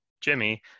Jimmy